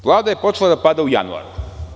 Vlada je počela da pada u januaru.